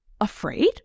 Afraid